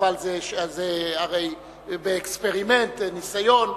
אבל זה הרי באקספרימנט, ניסיון,